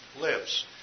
lives